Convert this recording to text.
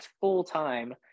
full-time